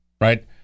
right